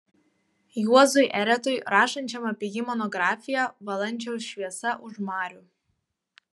juozui eretui rašančiam apie jį monografiją valančiaus šviesa už marių